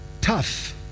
Tough